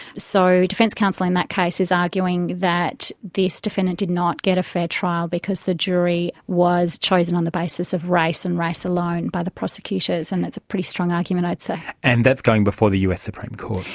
so defence counsel in that case is arguing that this defendant did not get a fair trial because the jury was chosen on the basis of race and race alone by the prosecutors, and it's a pretty strong argument i'd say. and that's going before the us supreme court.